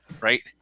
right